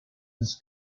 his